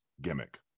gimmick